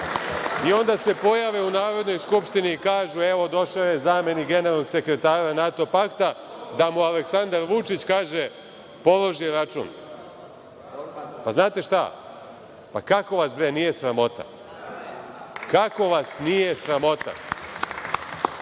I onda se pojave u Narodnoj skupštini i kažu – evo, došao je zamenik generalnog sekretara NATO pakta da mu Aleksandar Vučić, kaže, položi račun. Pa, znate šta, pa kako vas bre nije sramota? Kako vas nije sramota?